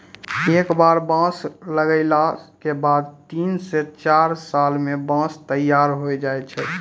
एक बार बांस लगैला के बाद तीन स चार साल मॅ बांंस तैयार होय जाय छै